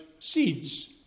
seeds